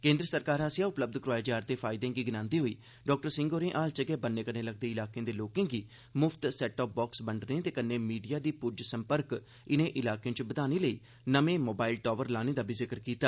केंद्र सरकार आस्सेआ उपलब्ध कराए जा रदे फायदें गी गिनांदे होई डॉ सिंह होरें हाल च गै बन्ने कन्नै लगदे इलाकें दे लोकें गी मुफ्त सेट टॉप बाक्स बंडने ते कन्ने मीडिया दी पुज्ज संपर्क इनें इलाकें च बदाने लेई नमें मोबाइल टावर लाने दा बी ज़िक्र कीता